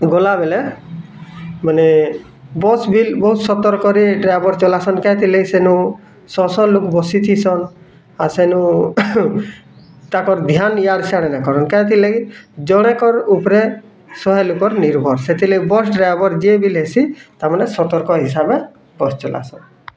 ଗଲାବେଲେ ବୋଲେ ବସ୍ ବି ବହୁତ ସତର୍କରେ ଡ୍ରାଇଭର୍ ଚଲାସନ୍ ସେଥିର ଲାଗି ସେନୁ ଶହ ଶହ ଲୋଗ ବସି ଥିସନ୍ ଆଉ ସେନୁ ତାକର ଧ୍ୟାନ ଇଆଡ଼େ ସିଆଡ଼େ ନାଇଁ କରନ୍ ସେଥିର ଲାଗି ଜଣେ କର ଉପରେ ଶହେ ଲୋକର୍ ନିର୍ଭର ସେଥିର୍ ଲାଗି ଡ୍ରାଇଭର୍ ଯିଏ ବି ଲେସି ତାମାନେ ସତର୍କ ହିସାବେ ବସ୍ ଚଲାସ୍